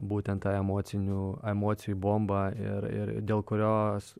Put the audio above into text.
būtent tą emocinių emocijų bombą ir ir dėl kurios